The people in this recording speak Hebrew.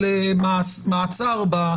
אנחנו מעבר לפינה ברשת.